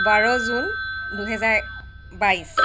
বাৰ জুন দুহেজাৰ বাইছ